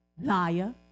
liar